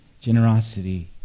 generosity